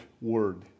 word